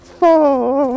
fall